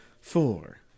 Four